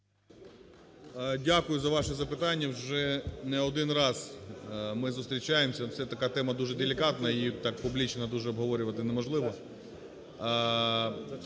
Дякую за ваше запитання. Вже не один раз ми зустрічаємося, ну, це така тема, дуже делікатна, її так публічно дуже обговорювати неможливо.